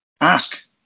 ask